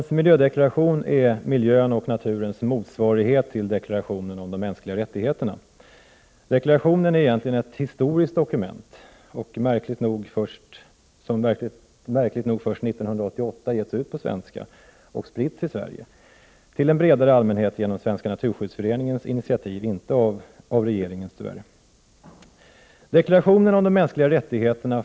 Sveriges regering har vid olika tillfällen stött grupper och enskilda individer som arbetat för de mänskliga rättigheterna, såsom de utformats i FN:s deklaration om de mänskliga rättigheterna.